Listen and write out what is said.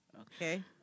okay